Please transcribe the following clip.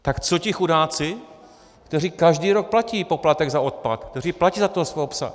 Tak co ti chudáci, kteří každý rok platí poplatek za odpad, kteří platí za svého psa?